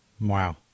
Wow